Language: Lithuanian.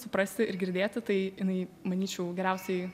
suprasti ir girdėti tai jinai manyčiau geriausiai